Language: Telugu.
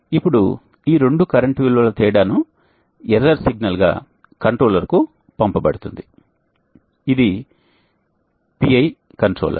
ఇప్పుడు ఈ రెండు కరెంటు విలువల తేడా ను ఎర్రర్ సిగ్నల్ గా కంట్రోలర్ కు పంపబడుతుంది ఇది PI కంట్రోలర్